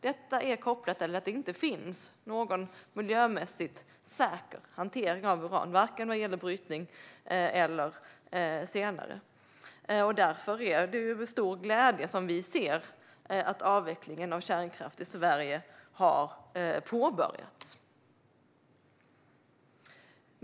Detta är kopplat till att det inte finns någon miljömässigt säker hantering av uran, vare sig när det gäller brytning eller senare. Därför är det med stor glädje som vi ser att avvecklingen av kärnkraft i Sverige har påbörjats.